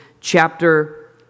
chapter